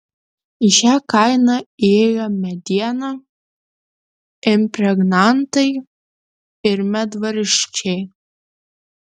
į šią kainą įėjo mediena impregnantai ir medvaržčiai